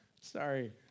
Sorry